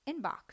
inbox